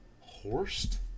Horst